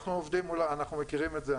אנחנו מכירים את זה,